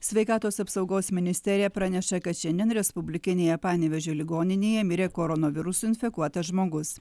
sveikatos apsaugos ministerija praneša kad šiandien respublikinėje panevėžio ligoninėje mirė koronavirusu infekuotas žmogus